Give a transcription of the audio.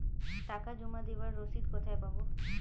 টাকা জমা দেবার রসিদ কোথায় পাব?